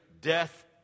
death